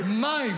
אמת.